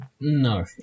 No